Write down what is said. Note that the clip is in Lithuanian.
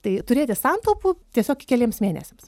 tai turėti santaupų tiesiog keliems mėnesiams